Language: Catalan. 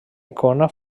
icona